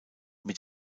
mit